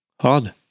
hard